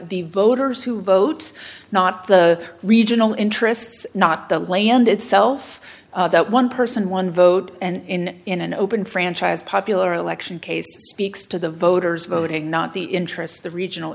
the voters who vote not the regional interests not the land itself that one person one vote in in an open franchise popular election case speaks to the voters voting not the interests the regional